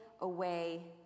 away